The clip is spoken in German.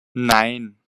nein